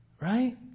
Right